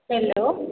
hello